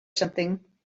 something